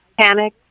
panic